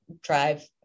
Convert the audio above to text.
drive